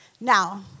Now